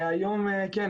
היום כן.